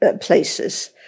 Places